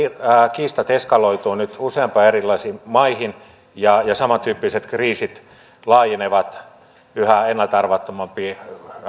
kiistat eskaloituvat nyt useampiin erilaisiin maihin ja samantyyppiset kriisit laajenevat yhä ennalta arvaamattomampiin